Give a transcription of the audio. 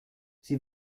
sie